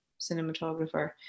cinematographer